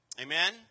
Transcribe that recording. Amen